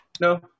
No